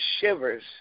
shivers